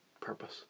purpose